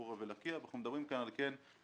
חורה ולקיע ואנחנו מדברים כאן על מקור